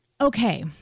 Okay